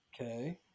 Okay